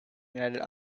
united